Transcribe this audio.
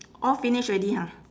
all finish already ha